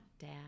Dad